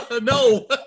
No